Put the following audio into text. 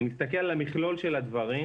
אתה מסתכל על המכלול של הדברים.